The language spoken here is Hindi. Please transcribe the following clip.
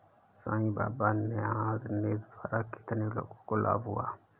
साई बाबा न्यास निधि द्वारा कितने लोगों को लाभ हुआ?